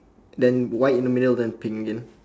then white in the middle then pink again